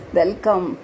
welcome